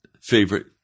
favorite